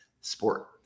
sport